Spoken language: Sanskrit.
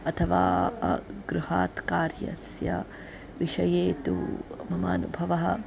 अथवा गृहात् कार्यस्य विषये तु मम अनुभवः